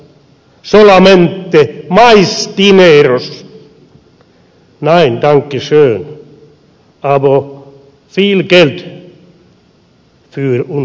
no gracias solamente mais dinheiro nein danke schön aber viel geld fur unseren taschen